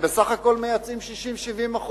הם בסך הכול מייצאים 60% 70%,